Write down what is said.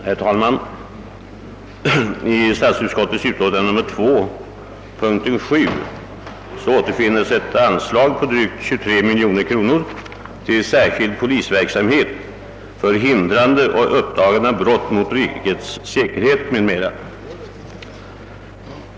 Herr talman! I statsutskottets utlåtande nr 2, punkt 7, är upptaget ett anslag på drygt 23 miljoner kronor till » Särskild polisverksamhet för hindrande och uppdagande av brott mot rikets säkerhet m.m.».